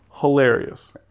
Hilarious